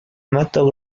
mato